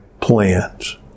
plans